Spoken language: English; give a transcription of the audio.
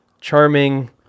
charming